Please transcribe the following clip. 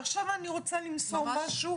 עכשיו אני רוצה למסור משהו